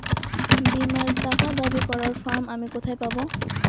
বীমার টাকা দাবি করার ফর্ম আমি কোথায় পাব?